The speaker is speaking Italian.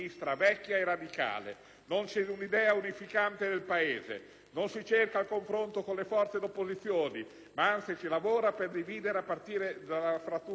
Non c'è un'idea unificante del Paese. Non si cerca il confronto con le forze d'opposizione, ma anzi, si lavora per dividere, a partire dalla frattura tra le parti sociali.